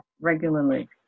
regularly